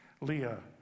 Leah